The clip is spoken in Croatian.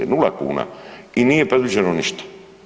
0 kuna i nije predviđeno ništa.